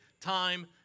time